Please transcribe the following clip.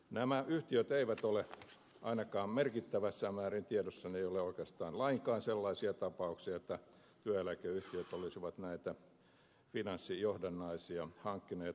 nämä yhtiöt eivät ole ainakaan merkittävässä määrin tiedossani ei ole oikeastaan lainkaan sellaisia tapauksia että työeläkeyhtiöt olisivat näitä finanssijohdannaisia hankkineet portfolioonsa